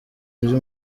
ibyo